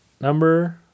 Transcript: Number